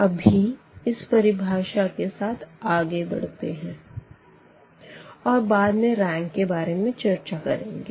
अभी इस परिभाषा के साथ आगे बढ़ते है और बाद में रैंक के बारे में चर्चा करेंगे